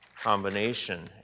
combination